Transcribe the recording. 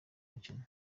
mukino